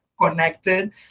connected